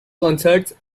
concerts